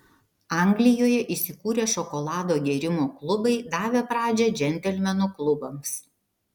anglijoje įsikūrė šokolado gėrimo klubai davę pradžią džentelmenų klubams